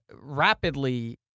rapidly